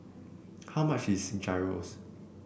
how much is Gyros